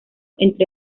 entre